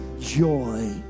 joy